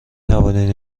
توانید